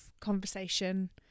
conversation